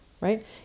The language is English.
right